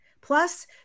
Plus